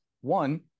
One